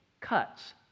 cuts